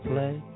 play